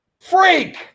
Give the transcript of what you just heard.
Freak